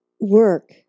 work